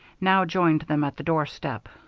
now joined them at the doorstep.